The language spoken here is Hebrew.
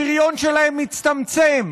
הפריון שלהם מצטמצם.